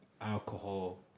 alcohol